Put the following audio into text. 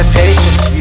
patience